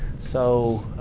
so,